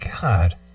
God